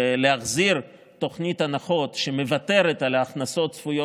ולהחזיר תוכנית הנחות שמוותרת על הכנסות צפויות